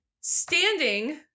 standing